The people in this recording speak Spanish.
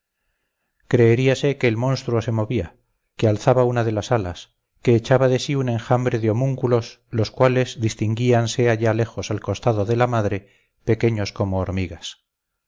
particular creeríase que el monstruo se movía que alzaba una de las alas que echaba de sí un enjambre de homúnculos los cuales distinguíanse allá lejos al costado de la madre pequeños como hormigas